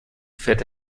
fährt